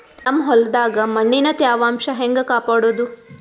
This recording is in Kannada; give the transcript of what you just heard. ನಮ್ ಹೊಲದಾಗ ಮಣ್ಣಿನ ತ್ಯಾವಾಂಶ ಹೆಂಗ ಕಾಪಾಡೋದು?